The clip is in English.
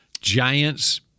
Giants